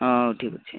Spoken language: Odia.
ହଉ ଠିକ୍ ଅଛି